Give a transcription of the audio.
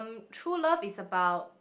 true love is about